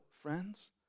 friends